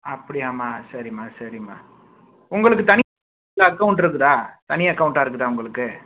அப்படியாம்மா சரிம்மா சரிம்மா உங்களுக்கு தனி அக்கௌண்ட் இருக்குதா தனி அக்கௌண்ட்டா இருக்குதா உங்களுக்கு